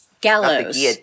Gallows